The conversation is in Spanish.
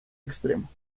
extremo